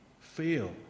fail